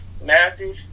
Matthew